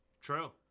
True